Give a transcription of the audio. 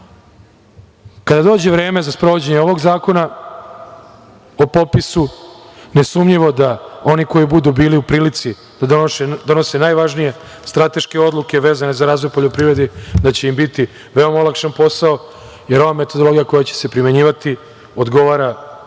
dođe vreme za sprovođenje ovog zakona o popisu, nesumnjivo da oni koji budu bili u prilici da donose najvažnije strateške odluke vezane za razvoj poljoprivrede da će im biti veoma olakšan posao, jer ova metodologija koja će se primenjivati odgovara